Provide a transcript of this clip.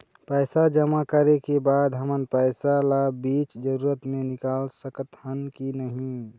पैसा जमा करे के बाद हमन पैसा ला बीच जरूरत मे निकाल सकत हन की नहीं?